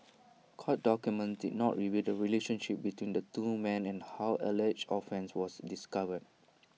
court documents did not reveal the relationship between the two men and how alleged offence was discovered